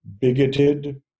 bigoted